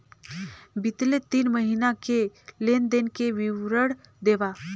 बितले तीन महीना के लेन देन के विवरण देवा?